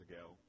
ago